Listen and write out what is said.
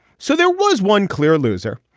so there was one clear loser.